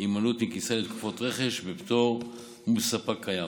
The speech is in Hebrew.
והימנעות מכניסה לתקופת רכש בפטור מול ספק קיים.